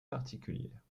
particulière